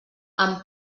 amb